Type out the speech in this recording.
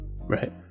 Right